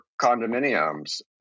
condominiums